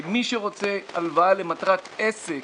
מי שרוצה הלוואה למטרת עסק